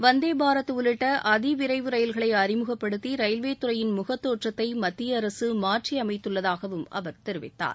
வந்தே பாரத் உள்ளிட்ட அதி விரைவு ரயில்களை அறிமுகப்படுத்தி ரயில்வேத் துறையின் முகத்தோற்றத்தை மத்திய அரசு மாற்றியமைத்துள்ளதாகவும் அவர் தெரிவித்தார்